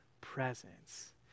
presence